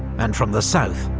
and from the south,